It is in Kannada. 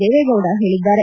ದೇವೇಗೌಡ ಹೇಳಿದ್ದಾರೆ